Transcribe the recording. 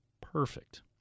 perfect